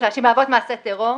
שמהוות מעשה טרור),